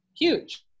huge